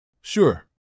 Sure